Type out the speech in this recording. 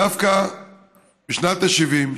דווקא בשנת ה-70,